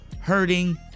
hurting